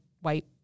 white